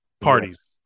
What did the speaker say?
parties